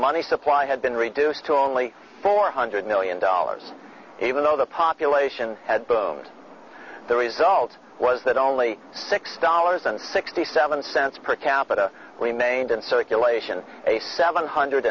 money supply had been reduced to only four hundred million dollars even though the population had boomed the result was that only six dollars and sixty seven cents per capita remained in circulation a seven